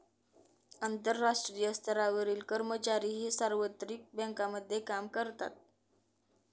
आंतरराष्ट्रीय स्तरावरील कर्मचारीही सार्वत्रिक बँकांमध्ये काम करतात